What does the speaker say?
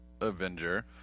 Avenger